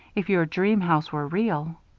if your dream-house were real.